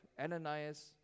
Ananias